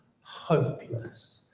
hopeless